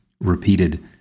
repeated